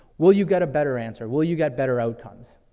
will you get a better answer? will you get better outcomes?